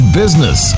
business